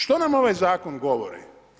Što nam ovaj zakon govori?